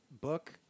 book